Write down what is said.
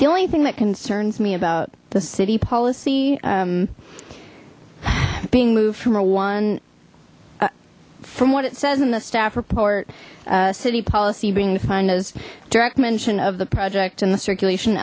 the only thing that concerns me about the city policy being moved from a from what it says in the staff report city policy being defined as direct mention of the project and the circulation